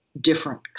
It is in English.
different